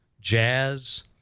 jazz